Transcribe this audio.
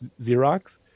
Xerox